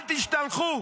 אל תשתלחו.